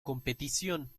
competición